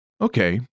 Okay